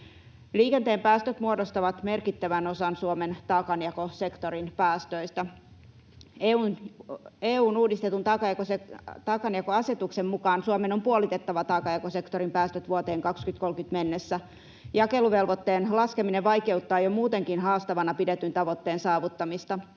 Liikenteen päästöt muodostavat merkittävän osan Suomen taakanjakosektorin päästöistä. EU:n uudistetun taakanjakoasetuksen mukaan Suomen on puolitettava taakanjakosektorin päästöt vuoteen 2030 mennessä. Jakeluvelvoitteen laskeminen vaikeuttaa jo muutenkin haastavana pidetyn tavoitteen saavuttamista,